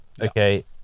Okay